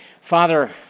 Father